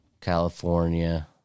California